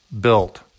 built